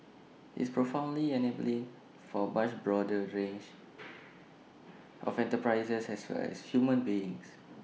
it's profoundly enabling for A much broader range of enterprises as well as human beings